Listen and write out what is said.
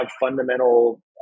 fundamental